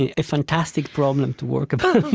a fantastic problem to work upon.